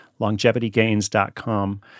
longevitygains.com